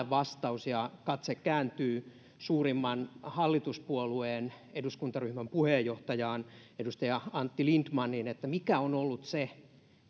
vastaus ja katse kääntyy suurimman hallituspuolueen eduskuntaryhmän puheenjohtajaan edustaja antti lindtmaniin mikä on ollut se